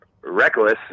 reckless